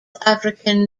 african